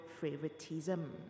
favoritism